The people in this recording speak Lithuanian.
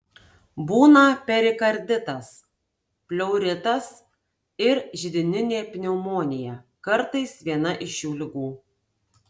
būna perikarditas pleuritas ir židininė pneumonija kartais viena iš šių ligų